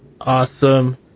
Awesome